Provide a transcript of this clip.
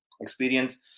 experience